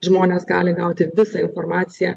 žmonės gali gauti visą informaciją